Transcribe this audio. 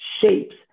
shapes